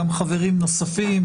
גם חברים נוספים,